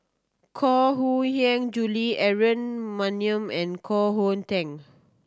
Koh Hong Hiang Julie Aaron Maniam and Koh Hong Teng